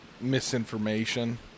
misinformation